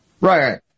right